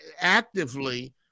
actively